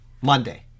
Monday